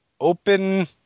open